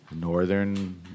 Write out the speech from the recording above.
northern